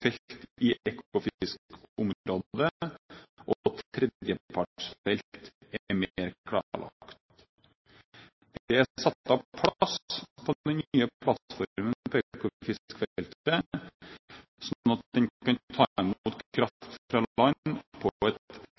er mer klarlagt. Det er satt av plass på den nye plattformen på Ekofisk-feltet sånn at den kan ta imot kraft fra land på et